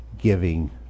giving